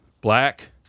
Black